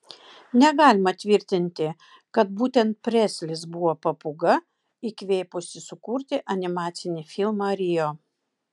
negalima tvirtinti kad būtent preslis buvo papūga įkvėpusi sukurti animacinį filmą rio